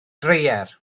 dreier